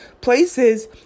places